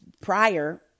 prior